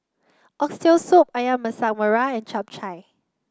Oxtail Soup ayam Masak Merah and Chap Chai